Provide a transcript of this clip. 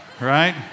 right